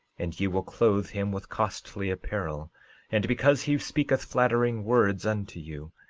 and ye will clothe him with costly apparel and because he speaketh flattering words unto you,